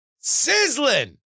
Sizzling